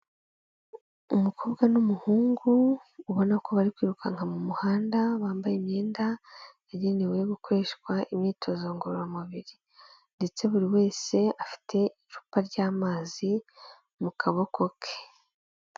Umukobwa n'umuhungu ubona ko bari kwirukanka mu muhanda, bambaye imyenda yagenewe gukoreshwa imyitozo ngororamubiri ndetse buri wese afite icupa ry'amazi mu kaboko ke.